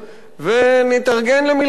ונתארגן למלחמה.